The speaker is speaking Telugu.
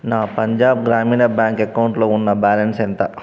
నా పంజాబ్ గ్రామీణ బ్యాంక్ అకౌంట్లో ఉన్న బ్యాలన్స్ ఎంత